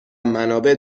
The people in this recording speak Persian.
منابع